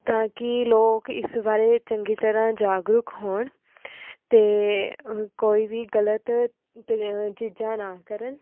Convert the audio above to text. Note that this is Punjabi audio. ਤਾਂ ਕਿ ਲੋਕ ਇਸ ਬਾਰੇ ਚੰਗੀ ਤਰ੍ਹਾਂ ਜਾਗਰੂਕ ਹੋਣ ਅਤੇ ਕੋਈ ਵੀ ਗਲਤ ਚੀਜ਼ਾਂ ਨਾ ਕਰਨ